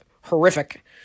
horrific